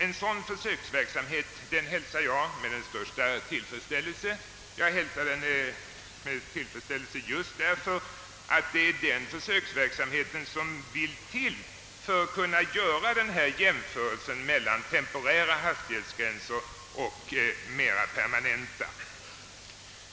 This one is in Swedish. En sådan försöksverksamhet hälsar jag med tillfredsställelse just därför att det är denna som behövs för att kunna göra jämförelser mellan temporära hastighetsgränser och mera permanenta.